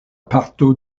parto